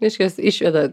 reiškias išveda